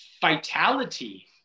vitality